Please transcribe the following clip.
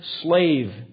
slave